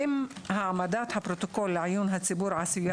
אם העמדת הפרוטוקול לעיון הציבור עשויה